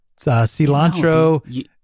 Cilantro